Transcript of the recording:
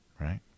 right